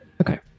Okay